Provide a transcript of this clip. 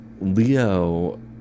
Leo